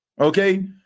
Okay